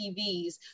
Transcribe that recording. TVs